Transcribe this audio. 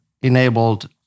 enabled